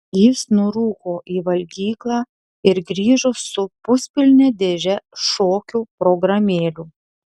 jis nurūko į valgyklą ir grįžo su puspilne dėže šokių programėlių